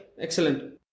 Excellent